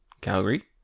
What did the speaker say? Calgary